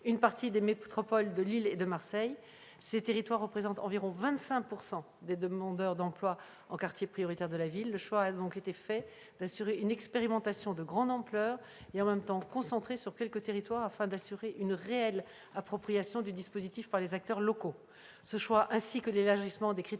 une partie des métropoles de Lille et de Marseille. Ces territoires représentent environ 25 % des demandeurs d'emploi en quartier prioritaire de la politique de la ville. Le choix a donc été fait d'assurer une expérimentation de grande ampleur et en même temps concentrée sur quelques territoires, le tout afin d'assurer une réelle appropriation du dispositif par les acteurs locaux. Ce choix ainsi que l'élargissement des critères